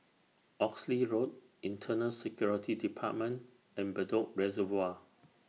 Oxley Road Internal Security department and Bedok Reservoir